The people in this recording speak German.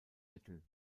mittel